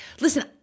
listen